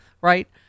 right